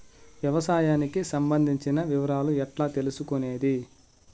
వ్యవసాయానికి సంబంధించిన వివరాలు ఎట్లా తెలుసుకొనేది?